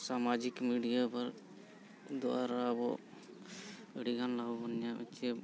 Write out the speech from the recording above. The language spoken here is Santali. ᱥᱟᱢᱟᱡᱤᱠ ᱢᱤᱰᱤᱭᱟ ᱫᱚᱣᱟᱨᱟ ᱟᱵᱚ ᱟᱹᱰᱤᱜᱟᱱ ᱞᱟᱵᱷ ᱵᱚᱱ ᱧᱟᱢᱮᱫᱟ ᱪᱮ